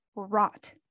rot